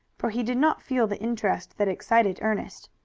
for he did not feel the interest that excited ernest.